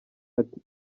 ati